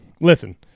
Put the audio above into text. Listen